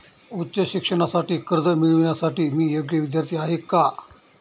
उच्च शिक्षणासाठी कर्ज मिळविण्यासाठी मी योग्य विद्यार्थी आहे का?